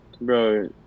Bro